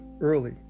early